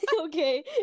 Okay